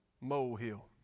Molehill